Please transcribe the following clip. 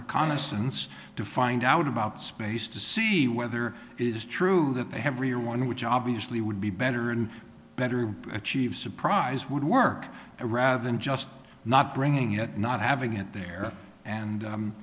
reconnaissance to find out about space to see whether it is true that they have rere one which obviously would be better and better achieved surprise would work rather than just not bringing it not having it there and